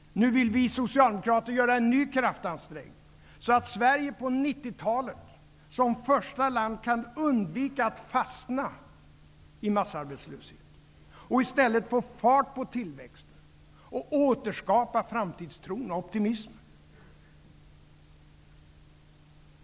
Nu vill vi socialdemokrater göra en ny kraftansträngning så att Sverige på 90-talet, som första land, kan undvika att fastna i massarbetslöshet, och i stället få fart på tillväxten och återskapa framtidstron och optimism.